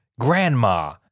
Grandma